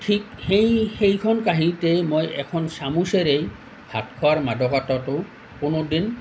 ঠিক সেই সেইখন কাঁহীতেই মই এখন চামুচেৰে ভাত খোৱাৰ মাদকতাটো কোনো দিন